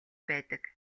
байдаг